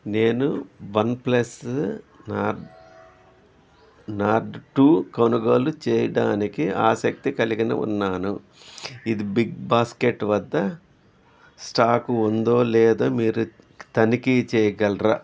నేను One Plus Nord Nord two కొనుగోలు చేయడానికి ఆసక్తి కలిగిన ఉన్నాను ఇది బిగ్ బాస్కెట్ వద్ద స్టాక్ ఉందో లేదో మీరు తనిఖీ చేయగలరా